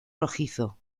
rojizo